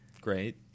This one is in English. great